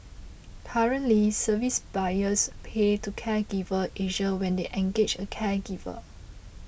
currently service buyers pay to Caregiver Asia when they engage a caregiver